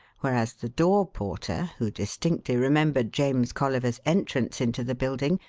whereas the door porter, who distinctly remembered james colliver's entrance into the building,